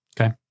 Okay